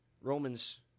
Romans